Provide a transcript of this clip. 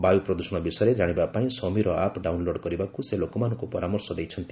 ବାୟୁ ପ୍ରଦୃଷଣ ବିଷୟରେ ଜାଶିବା ପାଇଁ 'ସମୀର ଆପ୍' ଡାଉନ୍ଲୋଡ କରିବାକୁ ସେ ଲୋକମାନଙ୍କୁ ପରାମର୍ଶ ଦେଇଛନ୍ତି